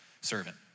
servant